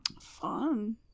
Fun